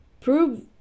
prove